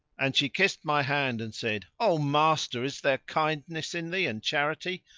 and she kissed my hand and said, o master, is there kindness in thee and charity?